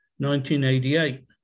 1988